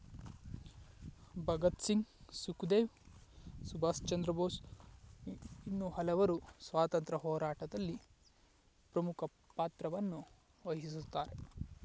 ಭಗತ್ ಸಿಂಗ್ ಸುಖ್ದೇವ್ ಸುಭಾಷ್ ಚಂದ್ರ ಬೋಸ್ ಇನ್ನೂ ಹಲವರು ಸ್ವಾತಂತ್ರ್ಯ ಹೋರಾಟದಲ್ಲಿ ಪ್ರಮುಖ ಪಾತ್ರವನ್ನು ವಹಿಸುತ್ತಾರೆ